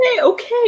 okay